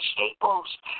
Staples